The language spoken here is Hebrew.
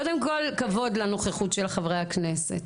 קודם כל כבוד לנוכחות של חברי הכנסת.